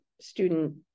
student